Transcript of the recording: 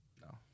no